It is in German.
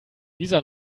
dieser